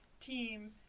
team